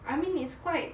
I mean it's quite